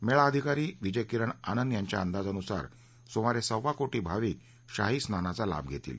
मेळा अधिकारी विजय किरण आनंद यांच्या अंदाजानुसार सुमारे सव्वा कोटी भाविक शाही स्नानाचा लाभ घेतील